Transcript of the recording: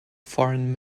foreign